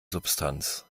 substanz